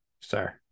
sir